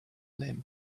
limb